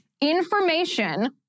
information